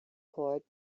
court